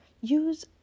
use